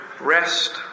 rest